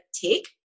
take